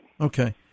Okay